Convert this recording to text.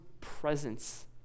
presence